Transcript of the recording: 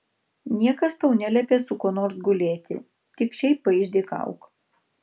niekas tau neliepia su kuo nors gulėti tik šiaip paišdykauk